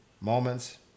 moments